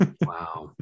Wow